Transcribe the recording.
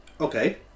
Okay